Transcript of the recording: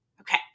okay